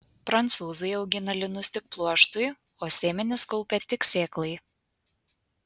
prancūzai augina linus tik pluoštui o sėmenis kaupia tik sėklai